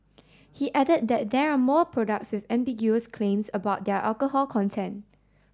he added that there are more products with ambiguous claims about their alcohol content